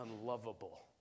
unlovable